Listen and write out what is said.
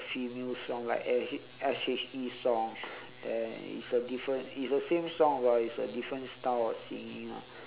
female song like S H S_H_E song then it's a different it's the same song but it's a different style of singing ah